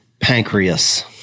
pancreas